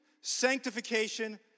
sanctification